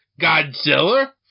Godzilla